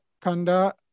Kanda